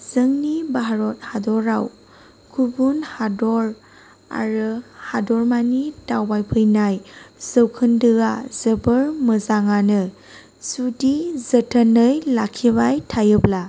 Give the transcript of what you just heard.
जोंनि भारत हादराव गुबुन हादर आरो हादरमानि दावबायफैनाय जौखोन्दोआ जोबोर मोजांआनो जुदि जोथोनै लाखिबाय थायोब्ला